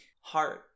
heart